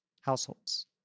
households